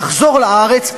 לחזור לארץ,